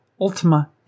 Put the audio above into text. ultima